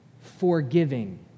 forgiving